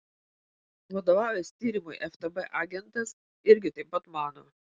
vadovavęs tyrimui ftb agentas irgi taip pat mano